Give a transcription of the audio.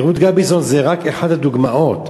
ורות גביזון היא רק אחת הדוגמאות.